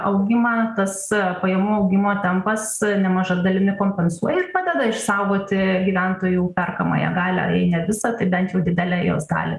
augimą tąs a pajamų augimo tempas nemaža dalimi kompensuoja ir padeda išsaugoti gyventojų perkamąją galią jei ne visą tai bent jau didelę jos dalį